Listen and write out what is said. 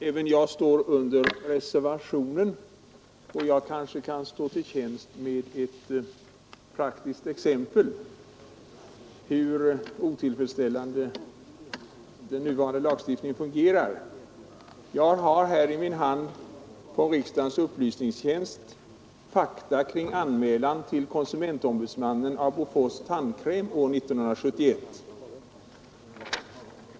Herr talman! Även jag har undertecknat reservationen, och jag kan kanske stå till tjänst med ett praktiskt exempel hur otillfredsställande den nuvarande lagstiftningen fungerar. Jag har här i min hand en promemoria från riksdagens upplysningstjänst som gäller fakta kring anmälan till konsumentombudsmannen av Bofors tandkräm år 1971.